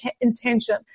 intention